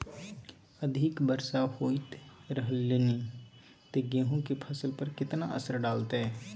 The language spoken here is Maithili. अधिक वर्षा होयत रहलनि ते गेहूँ के फसल पर केतना असर डालतै?